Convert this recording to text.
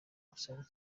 gusa